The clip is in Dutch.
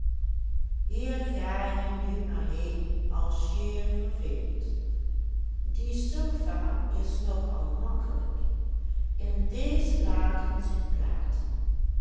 hier ga je nu maar heen als je je verveelt die sofa is nog al makkelijk in deze laden zijn platen